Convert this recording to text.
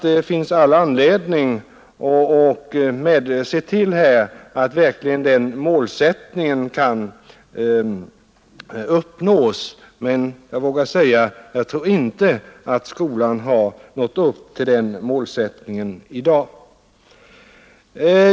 Det finns all anledning att se till att den målsättningen verkligen kan uppnås, men jag vågar säga att jag inte tror att skolan har nått upp till den i dag.